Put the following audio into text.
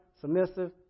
submissive